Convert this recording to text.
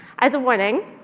as a warning,